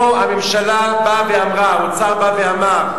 פה הממשלה באה ואמרה, האוצר בא ואמר: